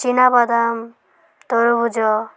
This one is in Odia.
ଚିନାବାଦାମ ତରଭୁଜ